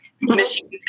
Machines